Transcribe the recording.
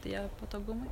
tie patogumai